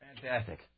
Fantastic